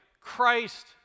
Christ